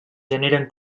generen